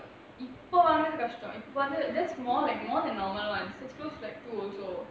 இப்போ வந்து கஷ்டம் இப்போ வந்து:ippo vanthu kashtam ippo vanthu that's more like more than normal ones it's close to like two also